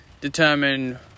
determine